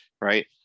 right